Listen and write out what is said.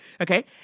Okay